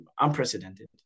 unprecedented